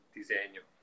disegno